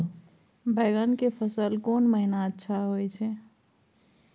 बैंगन के फसल कोन महिना अच्छा होय छै?